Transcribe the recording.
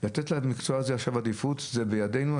לתת למקצוע הזה עכשיו עדיפות זה בידינו.